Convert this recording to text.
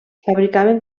fabricaven